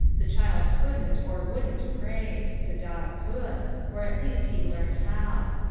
the child couldn't or wouldn't pray the dog could or at least he learnt how.